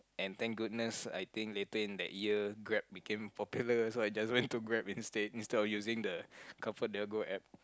and thank goodness I think between that year Grab became popular so I just went to Grab instead instead of using the Comfort Delgro App